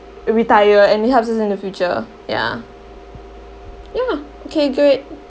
retire and it helps us in the future ya ya okay good